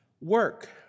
Work